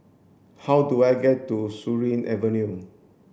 how do I get to Surin Avenue